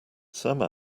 some